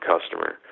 customer